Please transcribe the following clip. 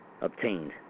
obtained